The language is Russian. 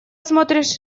смотришь